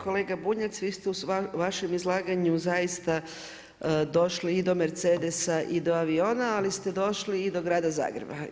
Kolega Bunjac, vi ste u vašem izlaganju zaista došli i do Mercedesa i do aviona, ali ste došli i do Grada Zagreba.